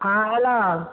हँ हेलो